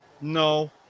No